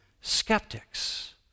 skeptics